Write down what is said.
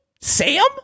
Sam